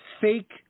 fake